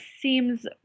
seems